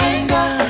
Anger